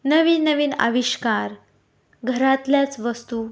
नवीन नवीन आविष्कार घरातल्याच वस्तू